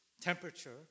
temperature